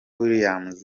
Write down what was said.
williams